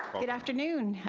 good afternoon,